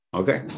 okay